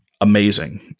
amazing